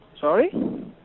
Sorry